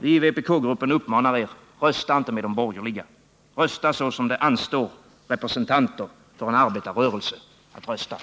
Vi i vpk-gruppen uppmanar er: Rösta inte med de borgerliga. Rösta så som det anstår representanter för en arbetarrörelse att rösta!